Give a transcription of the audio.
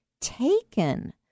taken